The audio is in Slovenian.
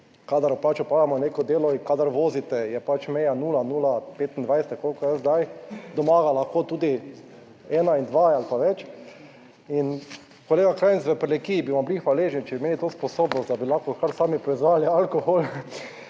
kadar opravljamo neko delo in kadar vozite, je meja 00 ali 25 ali kolikor je zdaj dom ga lahko tudi ena in dva ali pa več. In kolega Krajnc, v Prlekiji bi vam bili hvaležni, če bi imeli to sposobnost, da bi lahko kar sami proizvajali alkohol,